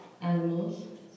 animals